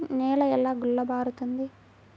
నేల ఎలా గుల్లబారుతుంది?